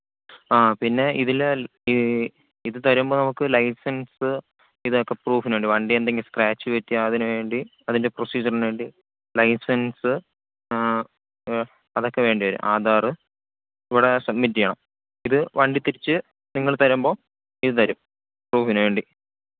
ആ പിന്നെ ഇതിൽ ഇതു തരുമ്പം നമുക്ക് ലൈസൻസ് ഇതൊക്കെ പ്രൂഫിനു വേണ്ടി വണ്ടി എന്തെങ്കിലും സ്ക്രാച്ച് പറ്റിയാൽ അതിനു വേണ്ടി അതിൻ്റെ പ്രൊസീജ്യറിനു വേണ്ടി ലൈസൻസ് അതൊക്കെ വേണ്ടി വരും ആധാർ ഇവിടെ സബ്മിറ്റ് ചെയ്യണം ഇതു വണ്ടി തിരിച്ച് നിങ്ങൾ തരുമ്പോൾ ഇതു തരും പ്രൂഫിനു വേണ്ടി